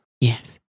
Yes